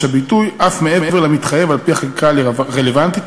הביטוי אף מעבר למתחייב על-פי החקיקה הרלוונטית,